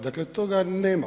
Dakle, toga nema.